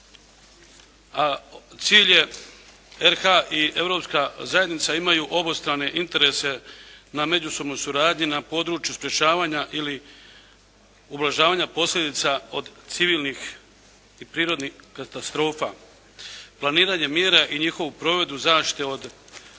a cilj je RH i Europska zajednica imaju obostrane interese na međusobnoj suradnji na području sprječavanja ili ublažavanja posljedica od civilnih i prirodnih katastrofa, planiranje mira i njihovu provedbu zaštite od potresa,